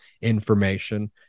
information